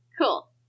Cool